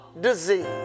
disease